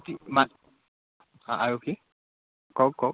কি মা আৰু কি কওক কওক